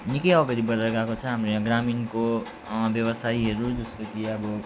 निकै अगाडि बढेर गएको छ यहाँ ग्रामीणको व्यवसायीहरू जस्तो कि अब